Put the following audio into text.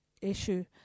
issue